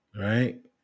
right